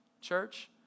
church